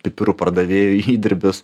pipirų pardavėjų įdirbis